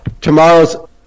Tomorrow's